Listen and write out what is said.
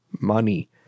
money